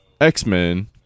X-Men